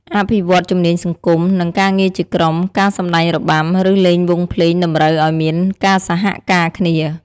អភិវឌ្ឍជំនាញសង្គម និងការងារជាក្រុម ការសម្តែងរបាំ ឬលេងវង់ភ្លេងតម្រូវឱ្យមានការសហការគ្នា។